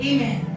Amen